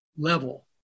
level